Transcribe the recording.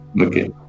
Okay